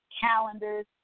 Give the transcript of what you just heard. calendars